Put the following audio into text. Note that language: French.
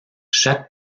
chaque